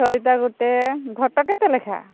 ସଳିତା ଗୋଟେ ଘଟ କେତେ ଲେଖା